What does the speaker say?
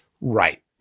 Right